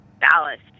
ballast